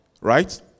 right